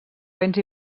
béns